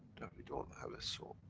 that we don't have a soul.